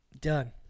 Done